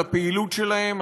על הפעילות שלהם,